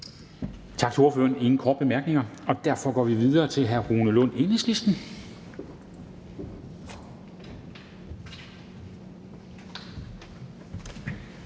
Tak til ordføreren. Der er ingen korte bemærkninger, og derfor går vi videre til hr. Rune Lund, Enhedslisten.